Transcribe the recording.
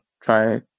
try